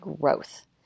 growth